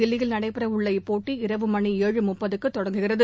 தில்லியில் நடைபெறவுள்ள இப்போட்டி இரவு மணி ஏழு முப்பதுக்குதொடங்குகிறது